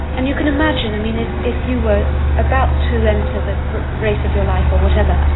and you can imagine, i mean, if if you were about to enter the race of your life, or whatever,